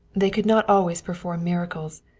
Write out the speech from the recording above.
they could not always perform miracles.